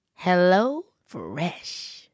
HelloFresh